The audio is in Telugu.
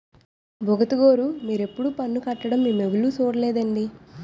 బుగతగోరూ మీరెప్పుడూ పన్ను కట్టడం మేమెవులుమూ సూడలేదండి